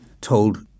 told